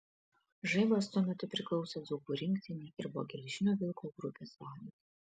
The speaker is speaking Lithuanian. žaibas tuo metu priklausė dzūkų rinktinei ir buvo geležinio vilko grupės vadas